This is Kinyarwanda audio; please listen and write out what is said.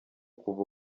kuva